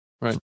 Right